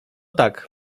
tak